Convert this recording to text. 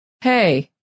Hey